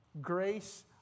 Grace